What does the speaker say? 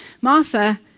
Martha